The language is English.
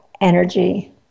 energy